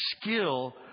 skill